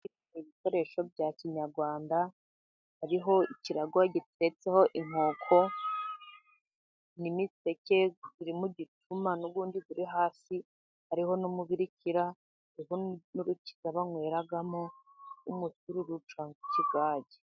Ibikoresho bya kinyarwanda hariho ikirago giteretseho inkoko, n'imiseke iri mu gicuma, n'uwundi uri hasi. Hariho n'umubirikira n'urukiza banyweramo umusururu cyangwa ikigage.